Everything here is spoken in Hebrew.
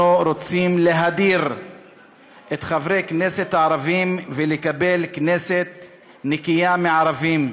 אנחנו רוצים להדיר את חברי הכנסת הערבים ולקבל כנסת נקייה מערבים.